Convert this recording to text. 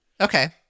Okay